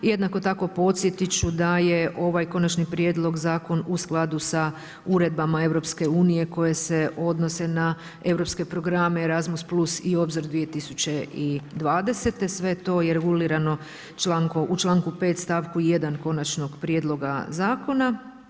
Jednako tako podsjetit ću da je ovaj konačni prijedlog zakona u skladu sa uredbama EU koje se odnose na europske programe ERASMUS+ i Obzor 2020., sve to je regulirano u članku 5. stavku 1. konačnog prijedloga zakona.